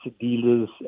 dealers